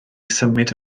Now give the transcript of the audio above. symud